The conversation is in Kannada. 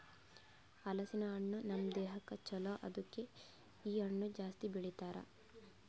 ಹಲಸಿನ ಹಣ್ಣು ನಮ್ ದೇಹಕ್ ಛಲೋ ಅದುಕೆ ಇ ಹಣ್ಣು ಜಾಸ್ತಿ ಬೆಳಿತಾರ್